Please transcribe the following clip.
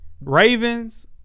Ravens